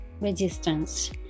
resistance